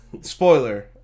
Spoiler